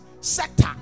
sector